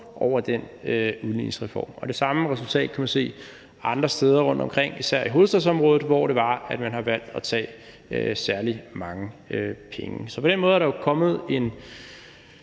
over den udligningsreform. Det samme resultat kan man se andre steder rundtomkring, især i hovedstadsområdet, hvor det var, man havde valgt at tage særlig mange penge. Så på den måde er der jo kommet en